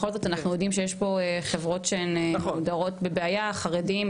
בכל זאת אנחנו יודעים שיש פה חברות שמוגדרות בבעיה חרדים,